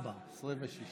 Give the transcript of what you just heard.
שרים.